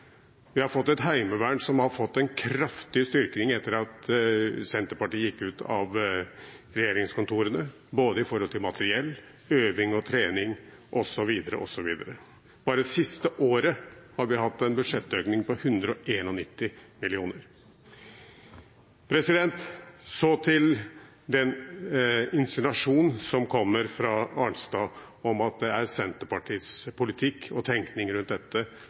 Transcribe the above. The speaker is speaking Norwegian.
Vi har fått et heimevern som har fått en kraftig styrking etter at Senterpartiet gikk ut av regjeringskontorene, både når det gjelder materiell, øving og trening osv. Bare det siste året har vi hatt en budsjettøkning på 191 mill. kr. Så til insinuasjonen som kommer fra Arnstad om at det er Senterpartiets politikk og tenkning rundt dette